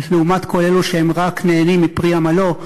לעומת כל אלו שרק נהנים מפרי עמלו,